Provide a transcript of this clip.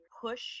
push